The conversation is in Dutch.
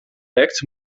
lekt